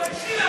תתביישי לך.